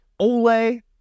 Ole